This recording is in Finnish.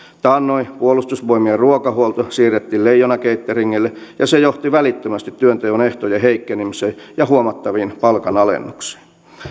taannoin puolustusvoimien ruokahuolto siirrettiin leijona cateringille ja se johti välittömästi työnteon ehtojen heikkenemiseen ja huomattaviin palkanalennuksiin